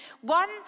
one